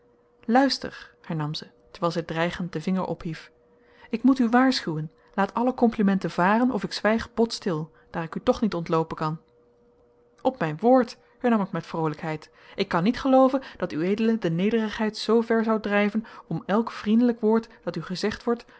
luister hernam zij terwijl zij dreigend den vinger ophief ik moet u waarschuwen laat alle complimenten varen of ik zwijg bot stil daar ik u toch niet ontloopen kan op mijn woord hernam ik met vroolijkheid ik kan niet gelooven dat ued de nederigheid zoover zoudt drijven om elk vriendelijk woord dat u gezegd wordt